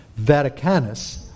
Vaticanus